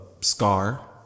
scar